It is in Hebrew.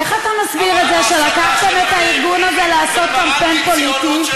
איך אתה מסביר את זה שלקחתם את הארגון הזה לעשות קמפיין פוליטי?